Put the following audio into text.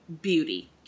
beauty